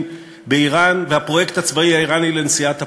באיראן והפרויקט הצבאי האיראני לנשיאת הפצצה,